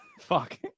Fuck